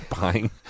buying